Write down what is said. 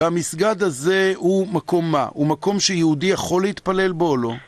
המסגד הזה הוא מקום מה? הוא מקום שיהודי יכול להתפלל בו או לא?